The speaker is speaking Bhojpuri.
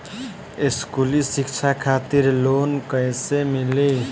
स्कूली शिक्षा खातिर लोन कैसे मिली?